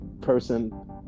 person